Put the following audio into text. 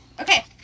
Okay